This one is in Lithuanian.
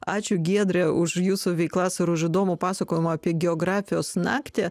ačiū giedre už jūsų veiklas ir už įdomų pasakojimą apie geografijos naktį